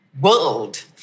world